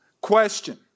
question